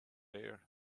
léir